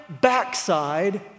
backside